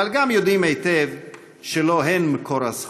אבל גם יודעים היטב שלא הן מקור הזכות.